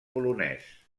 polonès